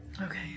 Okay